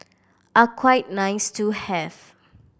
are quite nice to have